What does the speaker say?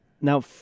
now